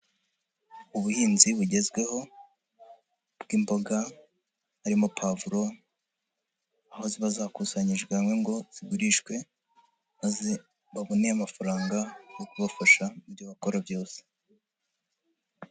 Ubuhinzi bugezweho bw'imboga, harimo pavuro aho ziba zakusanyirijwe hamwe ngo zigurishwe, maze babonere amafaranga yo kubafasha mu byo bakora byose.